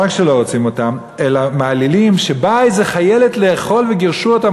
ולא רק שלא רוצים אותם אלא מעלילים שבאה איזו חיילת לאכול וגירשו אותה,